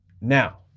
Now